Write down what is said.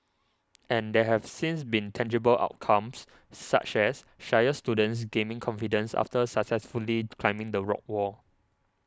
and there have since been tangible outcomes such as shyer students gaining confidence after successfully climbing the rock wall